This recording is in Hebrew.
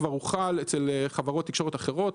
כבר הוחל בחברות תקשורת אחרות,